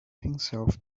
himself